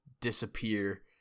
disappear